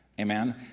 Amen